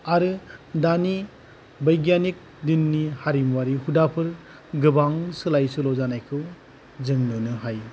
आरो दानि बैगियानिक दिननि हारिमुआरि हुदाफोर गोबां सोलाय सोल' जानायखौ जों नुनो हायो